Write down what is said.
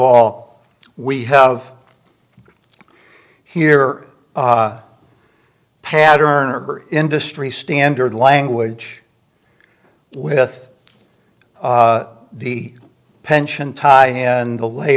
all we have here a pattern or industry standard language with the pension and the lay